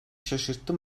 şaşırttı